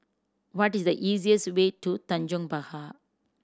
what is the easiest way to Tanjong Pagar